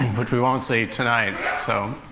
which we won't see tonight. so.